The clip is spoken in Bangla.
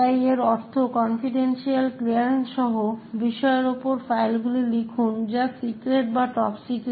তাই এর অর্থ কনফিডেনশিয়াল ক্লিয়ারেন্স সহ বিষয়ের উপর ফাইলগুলি লিখুন যা সিক্রেট বা টপ সেক্রেট